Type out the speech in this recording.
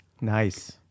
Nice